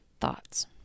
thoughts